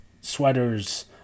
sweaters